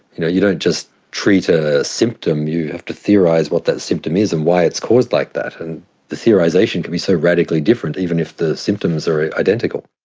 you know you don't just treat a symptom, you have to theorise what that symptom is and why it's caused like that, and the theorisation can be so radically different, even if the symptoms are identical.